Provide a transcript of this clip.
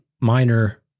minor